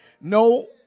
No